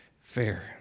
fair